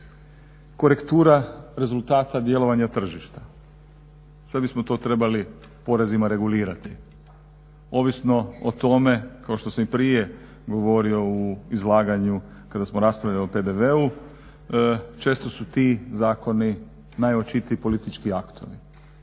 korektura rezultata djelovanja tržišta. Sad bismo to trebali porezima regulirati. Ovisno o tome kao što sam i prije govorio u izlaganju kada smo raspravljali o PDV-u često su ti zakoni najočitiji politički aktovi.